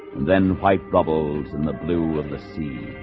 then pipe bubbles in the blue of the sea